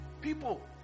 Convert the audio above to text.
people